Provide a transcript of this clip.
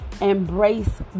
Embrace